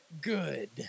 good